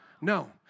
No